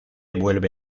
vuelve